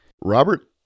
Robert